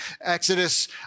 Exodus